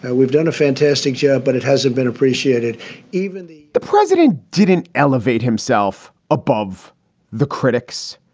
and we've done a fantastic job, but it hasn't been appreciated even the the president didn't elevate himself above the critics.